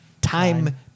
time